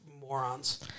morons